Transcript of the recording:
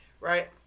Right